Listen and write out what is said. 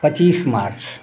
पचीस मार्च